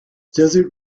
desert